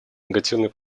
негативные